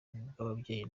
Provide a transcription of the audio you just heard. bw’ababyeyi